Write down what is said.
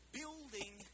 building